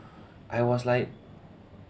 I was like